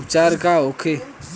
उपचार का होखे?